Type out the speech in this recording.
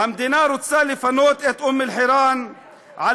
המדינה רוצה לפנות את אום-אלחיראן על